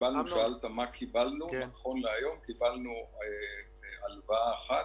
שקיבלנו שאלת מה קיבלנו נכון להיום הוא הלוואה אחת,